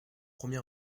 premier